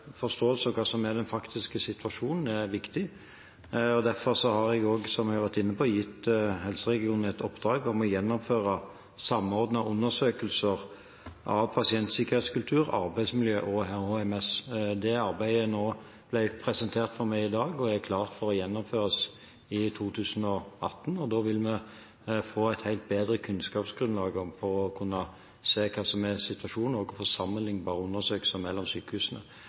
forståelse av hva som er den faktiske situasjonen, er viktig. Derfor har jeg også, som jeg har vært inne på, gitt helseregionen et oppdrag om å gjennomføre samordnede undersøkelser av pasientsikkerhetskultur, arbeidsmiljø og HMS. Det arbeidet ble presentert for meg i dag, og er klart for å gjennomføres i 2018. Da vil vi få et bedre kunnskapsgrunnlag for å kunne se hva som er situasjonen, og få sammenlignbare undersøkelser mellom sykehusene.